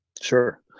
Sure